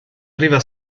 arriva